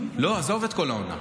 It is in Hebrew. לא, עזוב את כל העונה.